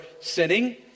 sinning